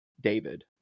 David